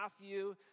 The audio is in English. Matthew